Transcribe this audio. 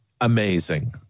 Amazing